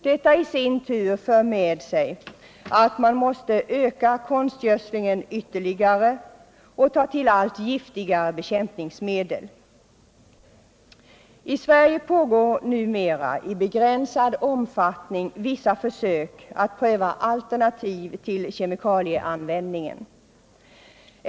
Detta i sin tur för med sig att man måste öka konstgödslingen ytterligare och ta till allt giftigare bekämpningsmedel. I Sverige pågår numera i begränsad omfattning vissa försök med alternativ till kemikalieanvändningen.